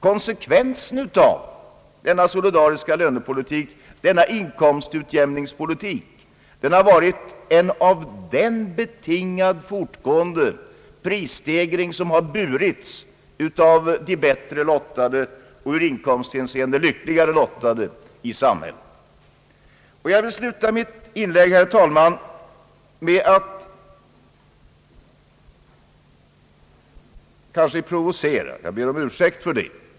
Konsekvensen av denna solidariska lönepolitik, som är en inkomstutjämningspolitik, har blivit en av den betingad fortgående prisstegring, som har burits av de bättre lottade och i inkomsthänseende lyckligare lottade i samhället. Jag vill avsluta mitt inlägg, herr talman, i en kanske något provocerande form — jag ber om ursäkt för det.